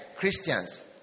Christians